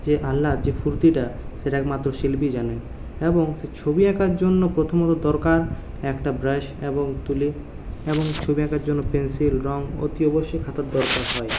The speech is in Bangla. যে আহ্লাদ যে ফুর্তিটা সেটা একমাত্র শিল্পী জানে এবং সে ছবি আঁকার জন্য প্রথমে আমার দরকার একটা ব্রাশ এবং তুলি এবং ছবি আঁকার জন্য পেনসিল রঙ অতি অবশ্যই খাতার দরকার হয়